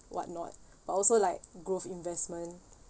what not but also like growth investment